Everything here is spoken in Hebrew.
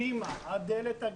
עד דלת הגן.